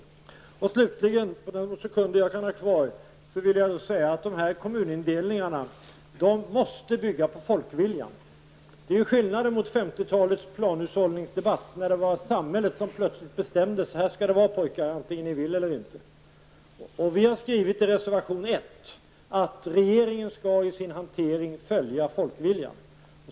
På de få sekunder av min taletid som jag kan ha kvar vill jag slutligen säga följande. Kommunindelningarna måste bygga på folkviljan. Det är skillnaden mot 50-talets planhushållningsdebatt när det plötsligt var samhället som bestämde: Så här skall det vara pojkar, antingen ni vill eller inte. Vi har i reservation 1 skrivit att regeringen i sin hantering skall följa folkviljan.